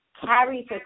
carries